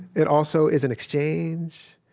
it also is an exchange.